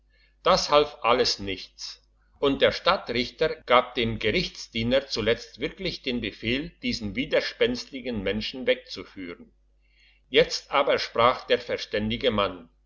das half alles nichts und der stadtrichter gab dem gerichtsdiener zuletzt wirklich den befehl diesen widerspenstigen menschen wegzuführen jetzt aber sprach der verständige mann